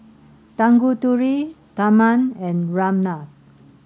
Tanguturi Tharman and Ramnath